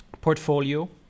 portfolio